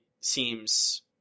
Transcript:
seems